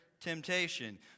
temptation